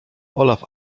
olaf